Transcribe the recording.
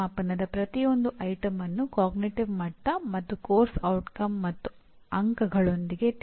outcome based education ಮತ್ತು ರಾಷ್ಟ್ರೀಯ ಮಾನ್ಯತೆ ಚೌಕಟ್ಟಿನಲ್ಲಿ ಕಾರ್ಯಕ್ರಮದ ಸಂಪೂರ್ಣ ಪಠ್ಯಕ್ರಮವನ್ನು ವಿನ್ಯಾಸಗೊಳಿಸಲು ಅತ್ಯುತ್ತಮವಾದ ಚೌಕಟ್ಟು ದೊರಕುತ್ತದೆ